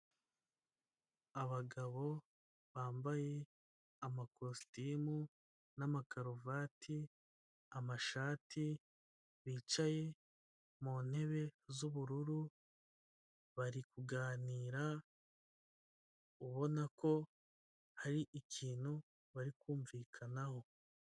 Abagabo bambaye amakositimu n'amakaruvati, amashati bicaye mu ntebe z'ubururu, barikuganira ubona ko hari ikintu bari kumvikanaho.